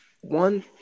One